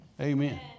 Amen